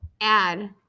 add